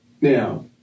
now